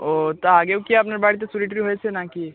ও তা আগেও কি আপনার বাড়িতে চুরি টুরি হয়েছে নাকি